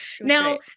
Now